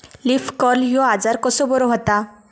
Leaf curl ह्यो आजार कसो बरो व्हता?